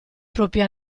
proprie